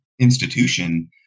institution